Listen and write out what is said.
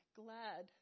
glad